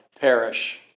perish